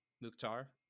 Mukhtar